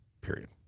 period